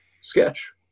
sketch